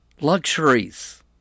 luxuries